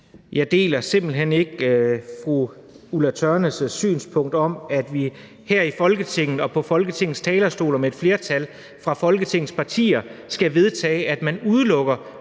Jeg deler simpelt hen ikke fru Ulla Tørnæs' synspunkt om, at vi her i Folketinget og på Folketingets talerstol og med et flertal fra Folketingets partier skal vedtage, at man udelukker